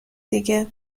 دیگه